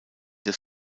des